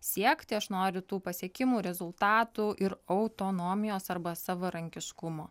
siekti aš noriu tų pasiekimų rezultatų ir autonomijos arba savarankiškumo